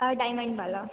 और डिमांड वाला